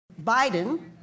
Biden